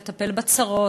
לטפל בצרות,